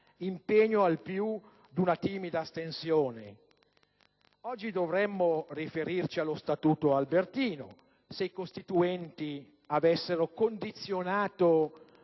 in pegno, al più, d'una timida astensione? Oggi dovremmo riferirci allo Statuto Albertino, se i Costituenti avessero condizionato